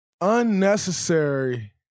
unnecessary